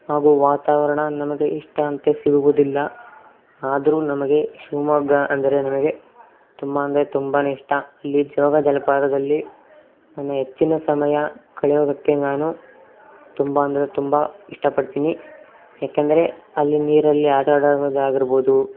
ಹಾಗೂ ವಾತಾವರಣ ನಮಗೆ ಇಷ್ಟ ಅಂತೆ ಸಿಗುವುದಿಲ್ಲ ಆದರೂ ನನಗೆ ಶಿವಮೊಗ್ಗ ಅಂದರೆ ನನಗೆ ತುಂಬ ಅಂದರೆ ತುಂಬಾ ಇಷ್ಟ ಇಲ್ಲಿ ಜೋಗ ಜಲಪಾತದಲ್ಲಿ ನಾನು ಹೆಚ್ಚಿನ ಸಮಯ ಕಳೆಯೋದಕ್ಕೆ ನಾನು ತುಂಬ ಅಂದರೆ ತುಂಬ ಇಷ್ಟಪಡ್ತೀನಿ ಏಕೆಂದರೆ ಅಲ್ಲಿ ನೀರಲ್ಲಿ ಆಟ ಆಡವಾಗ ಆಗಿರ್ಬೋದು